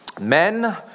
Men